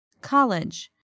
College